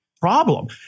problem